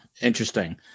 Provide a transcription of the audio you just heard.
interesting